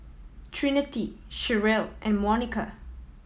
Trinity Cherelle and Monica